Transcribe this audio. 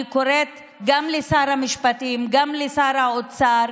אני קוראת גם לשר המשפטים וגם לשר האוצר